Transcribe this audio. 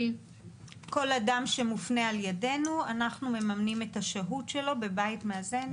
כל אדם שמופנה על ידינו אנחנו ממנים את השהות שלו בבית מאזן.